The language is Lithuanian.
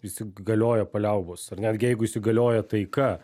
įsigalioja paliaubos ar netgi jeigu įsigalioja taika